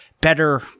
better